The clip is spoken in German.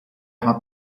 hat